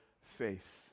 faith